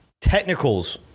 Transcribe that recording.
technicals